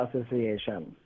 Association